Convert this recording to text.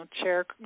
chair